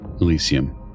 Elysium